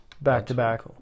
back-to-back